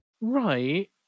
Right